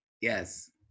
Yes